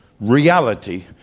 Reality